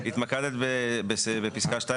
התמקדת בפסקה (2)